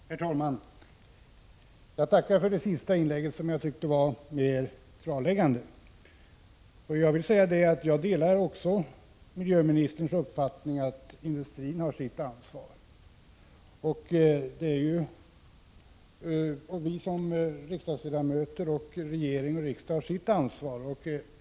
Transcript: Herr talman! Jag tackar för statsrådets senaste inlägg, som jag tyckte var mer klarläggande. Jag delar miljöministerns uppfattning att industrin har sitt ansvar. Också vi riksdagsledamöter har vårt ansvar liksom regering och riksdag har sitt.